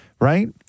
Right